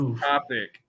topic